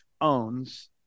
owns